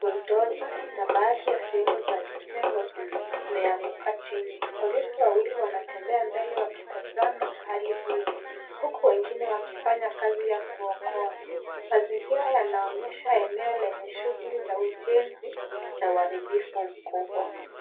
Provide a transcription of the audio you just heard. buldoza na baadhi ya sehemu za jengo zina zimeanguka chini. Polisi wawili wanatembea mbele wakitazama hali hiyo huku wengine wakifanya kazi ya kuokoa. Mazingira yanaonyesha eneo lenye shughuli za ujenzi na uharibifu mkubwa.